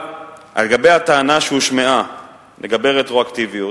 לגבי הטענה שהושמעה על הרטרואקטיביות: